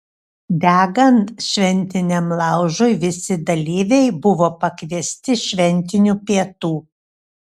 degant šventiniam laužui visi dalyviai buvo pakviesti šventinių pietų